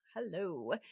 Hello